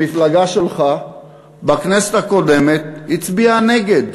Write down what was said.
המפלגה שלך בכנסת הקודמת הצביעה נגד,